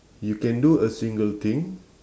you can do a single thing